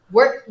Work